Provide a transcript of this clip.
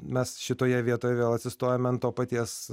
mes šitoje vietoj vėl atsistojome ant to paties